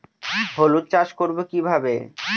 হলুদ চাষ করব কিভাবে?